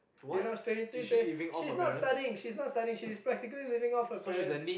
you know twenty three twenty she's not studying she's not studying she's practically living off her parents